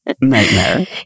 nightmare